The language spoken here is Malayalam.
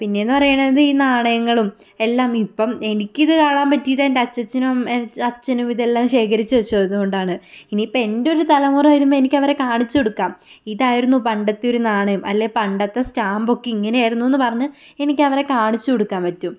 പിന്നെയെന്ന് പറയുന്നത് ഈ നാണയങ്ങളും എല്ലാം ഇപ്പം എനിക്കിത് കാണാൻ പറ്റിയത് എൻ്റെ അച്ചച്ചനും അച്ഛനും ഇത് എല്ലാം ശേഖരിച്ച് വെച്ചതു കൊണ്ടാണ് ഇനിയിപ്പം എൻ്റെ ഒരു തലമുറ വരുമ്പം എനിക്കവരെ കാണിച്ചു കൊടുക്കാം ഇതായിരുന്നു പണ്ടത്തെ ഒരു നാണയം അല്ലേ പണ്ടത്തെ സ്റ്റാമ്പൊക്കെ ഇങ്ങനെ ആയിരുന്നുവെന്ന് പറഞ്ഞ് എനിക്ക് അവരെ കാണിച്ചു കൊടുക്കാൻ പറ്റും